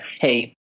hey